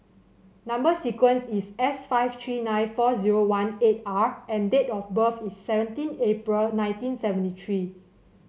number sequence is S five three nine four zero one eight R and date of birth is seventeen April nineteen seventy three